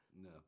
No